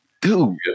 dude